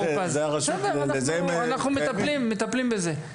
בסדר, אנחנו מטפלים בזה.